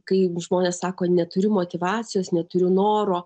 kai žmonės sako neturiu motyvacijos neturiu noro